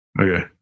Okay